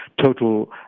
total